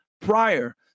prior